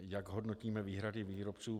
Jak hodnotíme výhrady výrobců.